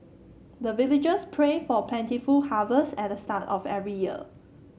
the villagers pray for plentiful harvest at the start of every year